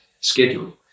schedule